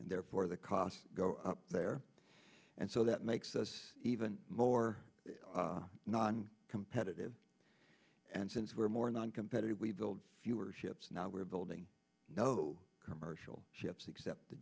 and therefore the costs go up there and so that makes us even more non competitive and since we're more noncompetitive we build fewer ships now we're building no commercial ships except the